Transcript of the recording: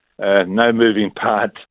no-moving-part